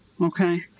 Okay